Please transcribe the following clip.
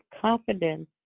confidence